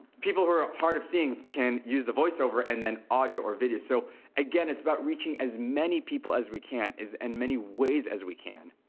people who are hard of seeing can use the voiceover, and then audio or video. so again, it's about reaching as many people as we can, as and many ways as we can.